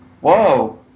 Whoa